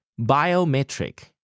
biometric